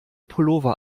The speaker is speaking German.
pullover